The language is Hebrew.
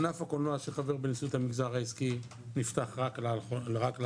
ענף הקולנוע שחבר בנשיאות המגזר העסקי נפתח רק לאחרונה,